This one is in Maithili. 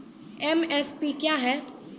एम.एस.पी क्या है?